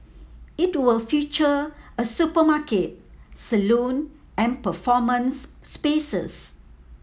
it will feature a supermarket salon and performance spaces